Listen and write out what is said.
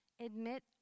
admit